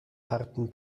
harten